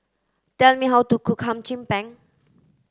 tell me how to cook Hum Chim Peng